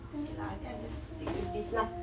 okay lah I think I'll just stick with this lah